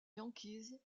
yankees